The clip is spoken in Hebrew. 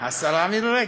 אתה, פרופסור,